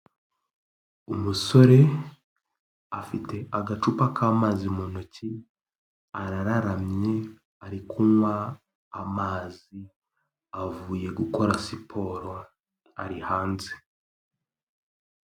Umusore afite agacupa k'amazi mu ntoki arararamye ari kunywa amazi avuye gukora siporo ari hanze.